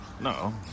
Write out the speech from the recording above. no